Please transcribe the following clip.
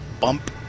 Bump